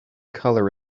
colour